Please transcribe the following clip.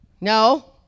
No